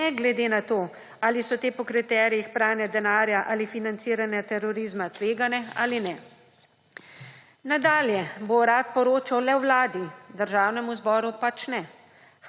ne glede na to, ali so te po kriterijih pranja denarja ali financiranja terorizma tvegane ali ne. Nadalje bo Urad poročal le Vladi, Državnemu zboru pač ne,